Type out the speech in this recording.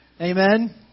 Amen